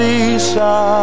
Lisa